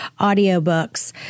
audiobooks